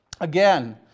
again